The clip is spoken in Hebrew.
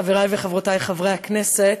חברי וחברותי חברי הכנסת,